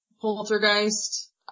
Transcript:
poltergeist